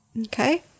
Okay